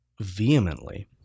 vehemently